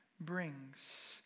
brings